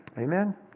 Amen